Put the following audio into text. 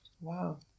wow